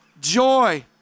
joy